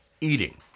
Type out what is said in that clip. eating